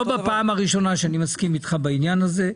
זאת לא פעם ראשונה שאני מסכים איתך בעניין הזה.